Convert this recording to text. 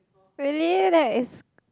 really that's